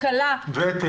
השכלה -- ותק.